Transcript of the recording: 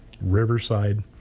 Riverside